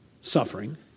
suffering